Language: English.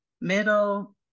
middle